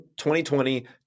2020